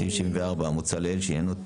הצבעה לא אושר.